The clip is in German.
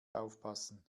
aufpassen